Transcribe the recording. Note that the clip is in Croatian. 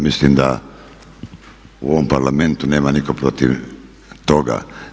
Mislim da u ovom Parlamentu nema nitko protiv toga.